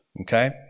Okay